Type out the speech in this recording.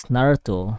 Naruto